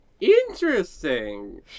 Interesting